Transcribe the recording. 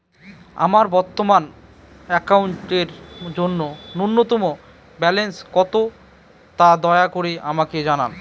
আমার বর্তমান অ্যাকাউন্টের জন্য ন্যূনতম ব্যালেন্স কত, তা দয়া করে আমাকে জানান